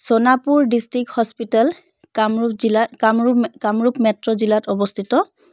Sonapur district hospital Kamrup জিলা কামৰূপ মে Kamrup metro জিলাত অৱস্থিত